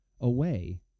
away